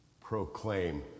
proclaim